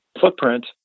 footprint